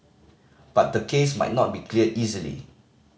but the case might not be cleared easily